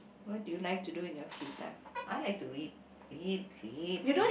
what do you like to do in your free time I like to read read read read